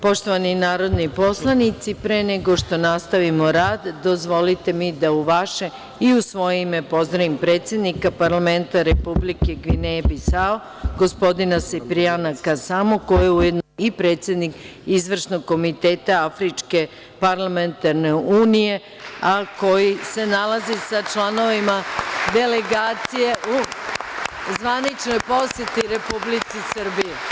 Poštovani narodni poslanici, pre nego što nastavimo rad, dozvolite mi da u vaše i u svoje ime pozdravim predsednika parlamenta Republike Gvineje Bisao, gospodina Sipriana Kasamu, koji je ujedno i predsednik izvršnog komiteta Afričke parlamentarne unije, a koji se nalaze sa članovima delegacije u zvaničnoj poseti Republici Srbiji.